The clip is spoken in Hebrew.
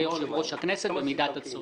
ויושב-ראש הכנסת במידת הצורך.